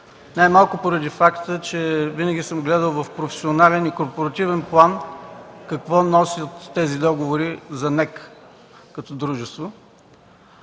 най-малко поради факта, че винаги съм гледал в професионален и корпоративен план какво носят тези договори за НЕК като дружество.